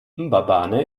mbabane